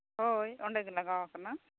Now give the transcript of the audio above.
ᱦᱳᱭ ᱚᱸᱰᱮᱜᱮ ᱞᱟᱜᱟᱣᱟᱠᱟᱱᱟ